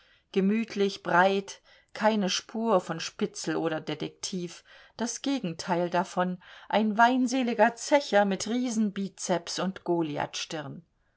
gemütlich breit keine spur von spitzel oder detektiv das gegenteil davon ein weinseliger zecher mit riesenbizeps und